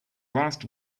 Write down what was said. last